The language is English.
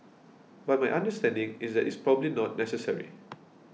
but my understanding is that it's probably not necessary